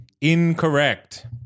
Incorrect